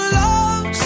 love